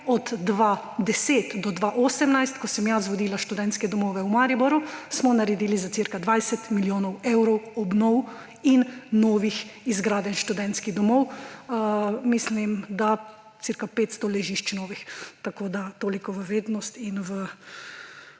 2010 do 2018, ko sem jaz vodila študentske domove v Mariboru, smo naredili za cirka 20 milijonov evrov obnov in novih zgradb študentskih domov, mislim, da cirka 500 novih ležišč. Toliko v vednost in